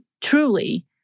truly